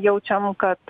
jaučiam kad